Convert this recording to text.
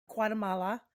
guatemala